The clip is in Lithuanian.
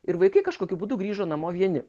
ir vaikai kažkokiu būdu grįžo namo vieni